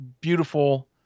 beautiful